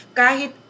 kahit